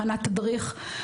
הכנת תדריך,